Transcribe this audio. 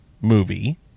movie